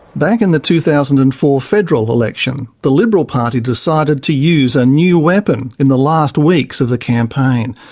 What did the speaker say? back in the two thousand and four federal election, the liberal party decided to use a new weapon in the last weeks of the campaign.